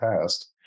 past